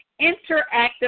interactive